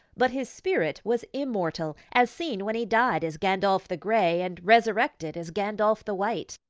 but his spirit was immortal, as seen when he died as gandalf the grey and resurrected as gandalf the white.